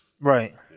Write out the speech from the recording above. Right